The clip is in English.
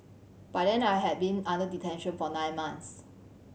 by then I had been under detention for nine months